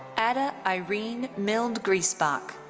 adah irene milde griessbach.